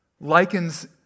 likens